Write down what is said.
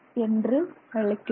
என்று அழைக்கிறோம்